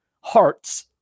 hearts